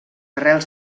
arrels